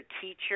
teacher